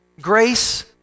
grace